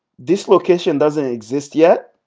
this location doesn't exist yet.